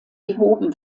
behoben